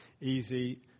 easy